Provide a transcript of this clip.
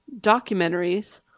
documentaries